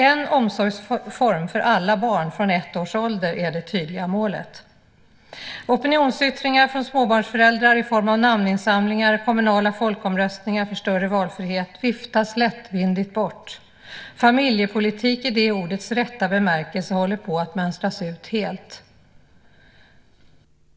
En omsorgsform för alla barn från ett års ålder är det tydliga målet. Opinionsyttringar från småbarnsföräldrar i form av namninsamlingar och kommunala folkomröstningar för större valfrihet viftas lättvindigt bort. Familjepolitik i ordets rätta bemärkelse håller på att mönstras ut helt.